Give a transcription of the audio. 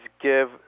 give